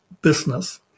business